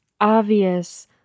obvious